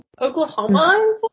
Oklahoma